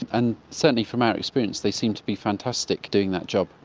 and certainly from our experience they seem to be fantastic doing that job.